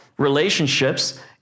relationships